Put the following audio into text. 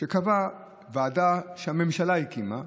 שקבעה ועדה שהממשלה הקימה,